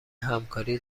همکاری